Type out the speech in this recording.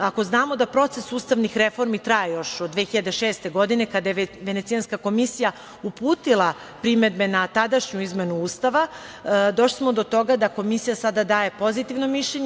Ako znamo da proces ustavnih reformi traje još od 2006. godine, kada je Venecijanska komisija uputila primedbe na tadašnju izmenu Ustava, došli smo do toga da Komisija sada daje pozitivno mišljenje.